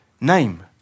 name